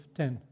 ten